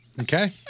Okay